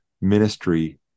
ministry